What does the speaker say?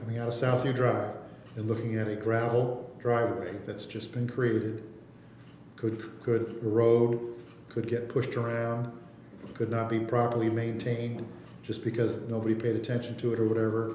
coming out of south you drive and looking at a gravel driveway that's just been created good good road could get pushed around could not be properly maintained just because nobody paid attention to it or whatever